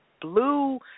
blue